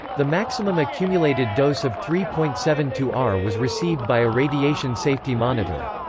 the maximum accumulated dose of three point seven two r was received by a radiation safety monitor.